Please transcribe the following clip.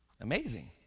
Amazing